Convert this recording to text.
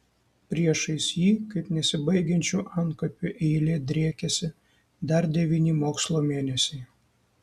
priešais jį kaip nesibaigiančių antkapių eilė driekėsi dar devyni mokslo mėnesiai